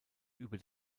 über